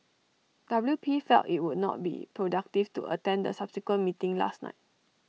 W P felt IT would not be productive to attend the subsequent meeting last night